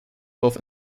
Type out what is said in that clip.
both